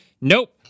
nope